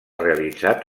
realitzat